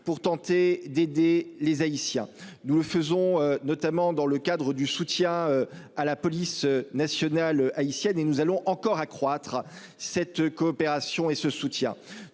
pour tenter d'aider les Haïtiens. Nous le faisons, notamment dans le cadre du soutien à la police nationale haïtienne et nous allons encore accroître cette coopération et ce soutien,